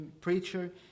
preacher